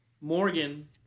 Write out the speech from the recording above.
Morgan